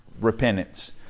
repentance